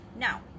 Now